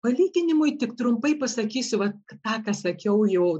palyginimui tik trumpai pasakysiu va ką sakiau jau